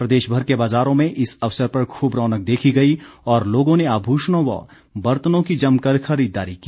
प्रदेश भर के बाजारों में इस अवसर पर खूब रौनक देखी गई और लोगों ने आभूषणों व बर्तनों की जमकर खरीददारी की